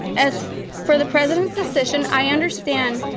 as for the president's decision, i understand,